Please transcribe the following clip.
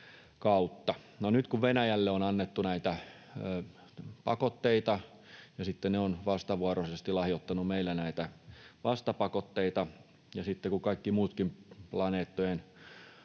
nyt kun Venäjälle on annettu näitä pakotteita ja sitten he ovat vastavuoroisesti lahjoittaneet meille näitä vastapakotteita ja kun kaikki muutkin planeettojen